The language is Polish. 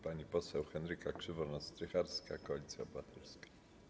Pani poseł Henryka Krzywonos-Strycharska, Koalicja Obywatelska.